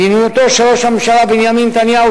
מדיניותו של ראש הממשלה בנימין נתניהו,